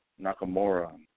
Nakamura